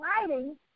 writing